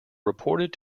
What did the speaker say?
reported